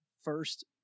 first